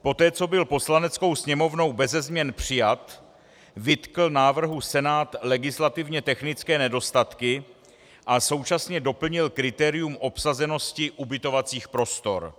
Poté co byl Poslaneckou sněmovnou beze změn přijat, vytkl návrhu Senát legislativně technické nedostatky a současně doplnil kritérium obsazenosti ubytovacích prostor.